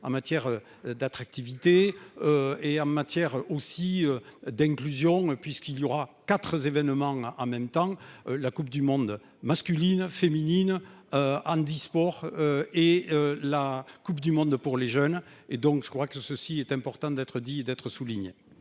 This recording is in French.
en matière d'attractivité. Et en matière aussi d'inclusion puisqu'il y aura 4 événements en même temps la Coupe du monde masculine féminine. Handisport. Et la Coupe du monde pour les jeunes et donc je crois que ceci est important d'être dit d'être souligné.